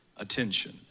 Attention